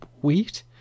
wheat